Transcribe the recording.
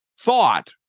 thought